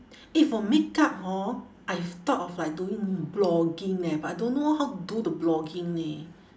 eh for makeup hor I've thought of like doing blogging eh but I don't know how to do the blogging leh